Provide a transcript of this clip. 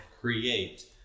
create